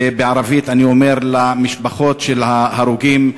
ובערבית אני אומר למשפחות של ההרוגים: